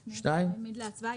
לפני שאתה מעמיד להצבעה,